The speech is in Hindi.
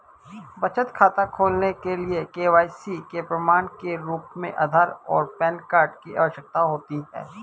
बचत खाता खोलने के लिए के.वाई.सी के प्रमाण के रूप में आधार और पैन कार्ड की आवश्यकता होती है